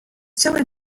jelly